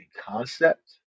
concept